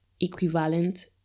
equivalent